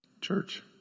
Church